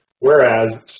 whereas